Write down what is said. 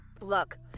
look